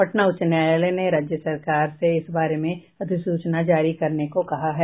पटना उच्च न्यायालय ने राज्य सरकार से इस बारे में अधिसूचना जारी करने को कहा है